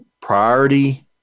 priority